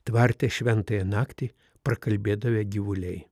tvarte šventąją naktį prakalbėdavę gyvuliai